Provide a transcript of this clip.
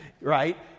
Right